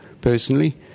personally